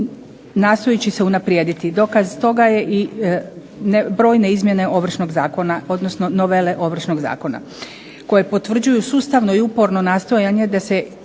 nastojeći se unaprijediti. Dokaz toga je i brojne izmjene Ovršnog zakona, odnosno novele Ovršnog zakona koje potvrđuju sustavno i uporno nastojanje da se